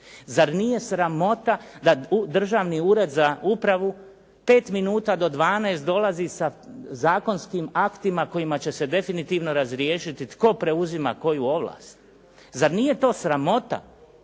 Zar nije sramota da Državni ured za upravu pet minuta do 12 dolazi sa zakonskim aktima kojima će se definitivno razriješiti tko preuzima koju ovlast? Zar nije to sramota